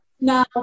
Now